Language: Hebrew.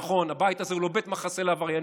נכון, הבית הזה הוא לא בית מחסה לעבריינים,